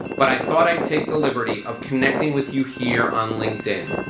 but i thought i'd take the liberty of connecting with you here on linkedin.